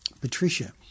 Patricia